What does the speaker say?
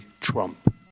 Trump